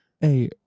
hey